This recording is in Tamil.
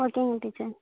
ஓகேங்க டீச்சர்